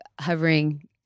hovering